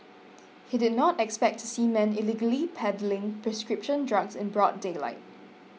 he did not expect to see men illegally peddling prescription drugs in broad daylight